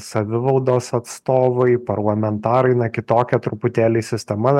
savivaldos atstovai parlamentarai na kitokia truputėlį sistema